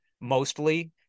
mostly